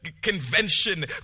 convention